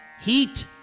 heat